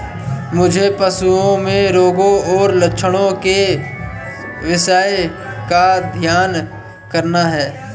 मुझे पशुओं में रोगों और लक्षणों के विषय का अध्ययन करना है